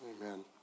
Amen